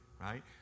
right